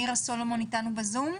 את אתנו ב-זום?